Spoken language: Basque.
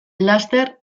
laster